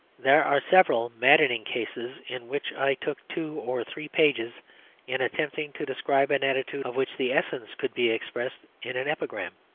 there are several maddening cases in which i took two or three pages in attempting to describe an attitude of which the essence could be expressed in an epigram